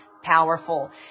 powerful